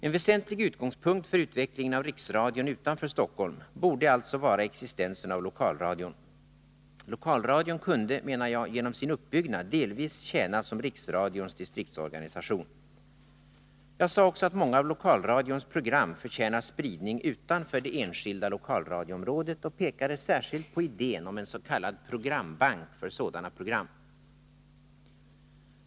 En väsentlig utgångspunkt för utvecklingen av riksradion utanför Stockholm borde alltså vara existensen av lokalradion. Lokalradion kunde — menar jag — genom sin uppbyggnad delvis tjäna som riksradions distriktsorganisation. Jag sade också att många av lokalradions program förtjänar spridning utanför det enskilda lokalradioområdet och pekade särskilt på idén om en s.k. programbank för sådana program.